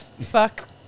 Fuck